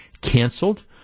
canceled